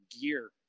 gear